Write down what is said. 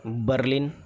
Berlin